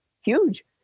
huge